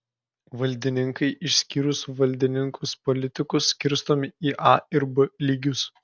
valdininkai išskyrus valdininkus politikus skirstomi į a ir b lygius